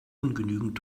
ungenügend